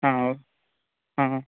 ఓ